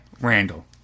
Randall